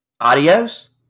adios